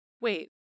Wait